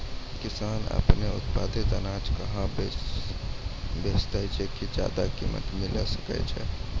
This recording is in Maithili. किसान आपनो उत्पादित अनाज कहाँ बेचतै जे ज्यादा कीमत मिलैल सकै छै?